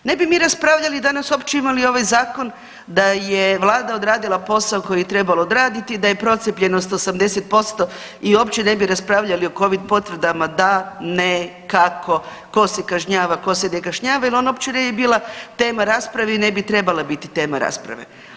Ne bi mi raspravljali i danas uopće imali ovaj zakon da je vlada odradila posao koji je trebala odraditi i da je procijepljenost 80% i opće ne bi raspravljali o Covid potvrdama da, ne, kako, tko se kažnjava, tko se ne kažnjava jer on opće bi bila tema rasprave i ne bi trebala biti tema rasprave.